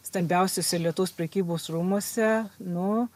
stambiausiuose lietuvos prekybos rūmuose nu